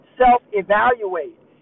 self-evaluate